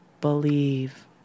Believe